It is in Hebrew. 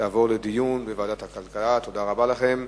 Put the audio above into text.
תעבור לדיון בוועדת הכלכלה, תודה רבה לכם.